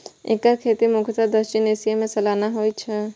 एकर खेती मुख्यतः दक्षिण एशिया मे सालाना होइ छै